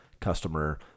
customer